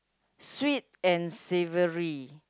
sweet and savoury